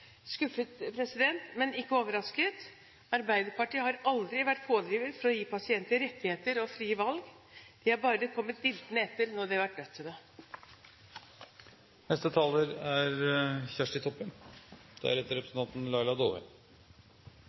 men ikke overrasket. Arbeiderpartiet har aldri vært pådriver for å gi pasienter rettigheter og frie valg – de har bare kommet diltende etter når de har vært nødt til